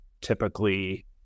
typically